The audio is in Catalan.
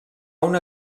una